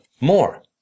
more